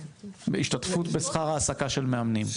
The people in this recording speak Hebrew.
השתתפות בשכר העסקה של מאמנים.